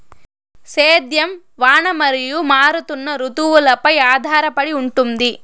సేద్యం వాన మరియు మారుతున్న రుతువులపై ఆధారపడి ఉంటుంది